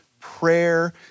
prayer